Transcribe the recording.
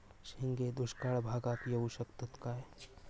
शेंगे दुष्काळ भागाक येऊ शकतत काय?